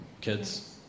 kids